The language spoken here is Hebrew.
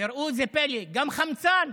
וראו זה פלא, גם חמצן,